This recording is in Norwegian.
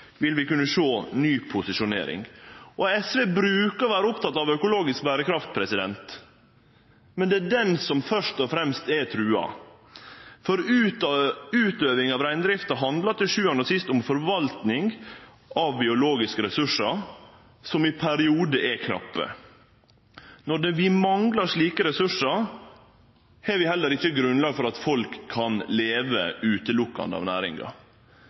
vil vi kunne sjå ny posisjonering. SV brukar å vere opptekne av økologisk berekraft, men det er den som først og fremst er trua, for utøvinga av reindrifta handlar til sjuande og sist om forvaltning av biologiske ressursar som i periodar er knappe. Når vi manglar slike ressursar, har vi heller ikkje grunnlag for at folk kan leve utelukkande av næringa.